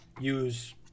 use